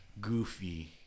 Goofy